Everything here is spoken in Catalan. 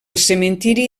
cementiri